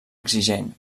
exigent